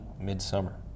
Midsummer